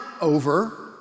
over